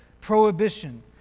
prohibition